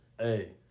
Hey